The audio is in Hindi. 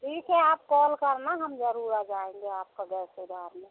ठीक है आप कॉल करना हम जरूर आ जाएँगे आपका गैस सुधारने